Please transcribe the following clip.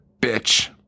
Bitch